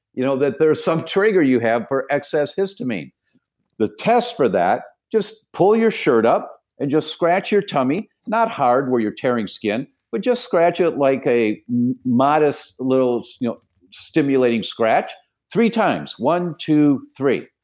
you know there are some trigger you have for excess histamine the test for that, just pull your shirt up, and just scratch your tummy, not hard where you're tearing skin, but just scratch it like a modest little you know stimulating scratch three times, one, two, three.